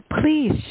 Please